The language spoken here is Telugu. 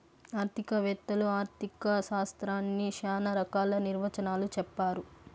ఆర్థిక వేత్తలు ఆర్ధిక శాస్త్రాన్ని శ్యానా రకాల నిర్వచనాలు చెప్పారు